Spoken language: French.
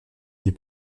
des